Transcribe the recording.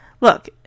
Look